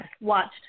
Watched